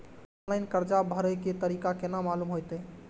Online कर्जा भरे के तारीख केना मालूम होते?